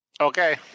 Okay